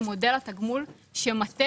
הבעיה היא מודל התגמול שמטה